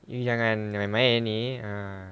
you jangan main-main ni ah